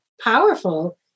powerful